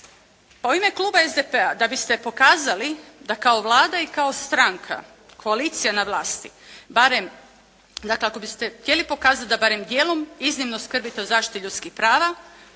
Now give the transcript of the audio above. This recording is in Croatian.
U ime kluba SDP-a da biste pokazali da kao Vlada i kao stranka, koalicija na vlasti barem da kako biste htjeli pokazati da barem dijelom iznimno skrbite o zaštiti ljudskih prava